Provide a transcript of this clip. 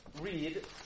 read